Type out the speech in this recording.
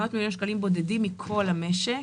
מאות מיליוני שקלים בודדים מכל המשק,